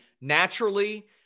naturally